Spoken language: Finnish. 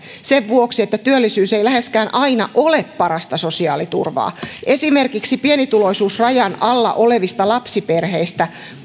sen vuoksi että työllisyys ei läheskään aina ole parasta sosiaaliturvaa esimerkiksi pienituloisuusrajan alla olevista lapsiperheistä